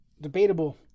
debatable